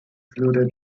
fluted